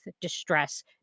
distress